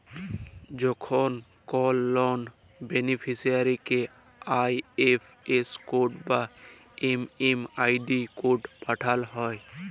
যখন কল লন বেনিফিসিরইকে আই.এফ.এস কড বা এম.এম.আই.ডি কড পাঠাল হ্যয়